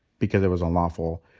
because it was unlawful.